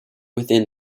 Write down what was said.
within